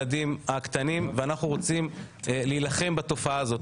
אנחנו רוצים להילחם בתופעה הזאת,